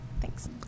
thanks